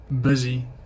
busy